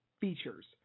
features